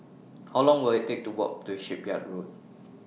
How Long Will IT Take to Walk to Shipyard Road